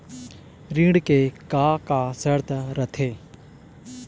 ऋण के का का शर्त रथे?